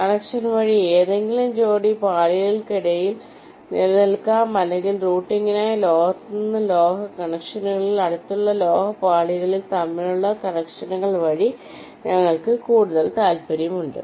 connection വഴി ഏതെങ്കിലും ജോടി പാളികൾക്കിടയിൽ നിലനിൽക്കാം അല്ലെങ്കിൽ റൂട്ടിംഗിനായി ലോഹത്തിൽ നിന്ന് ലോഹ കണക്ഷനുകളിൽ അടുത്തുള്ള ലോഹ പാളികൾ തമ്മിലുള്ള കണക്ഷനുകൾ വഴി ഞങ്ങൾക്ക് കൂടുതൽ താൽപ്പര്യമുണ്ട്